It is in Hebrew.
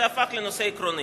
זה הפך לנושא עקרוני